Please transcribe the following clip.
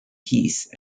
piece